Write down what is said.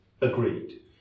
agreed